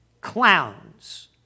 clowns